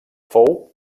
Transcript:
fou